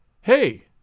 Hey